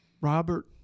Robert